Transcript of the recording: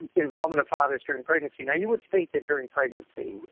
involvement of fathers during pregnancy, you know you would think that during pregnancy,